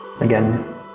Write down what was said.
again